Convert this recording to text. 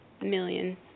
million